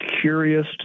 curious